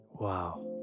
wow